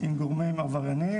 עם גורמים עבריינים.